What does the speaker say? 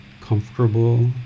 comfortable